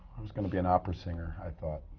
i was going to be an opera singer, i thought.